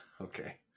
Okay